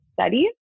Studies